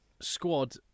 Squad